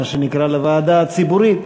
הוועדה הציבורית,